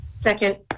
Second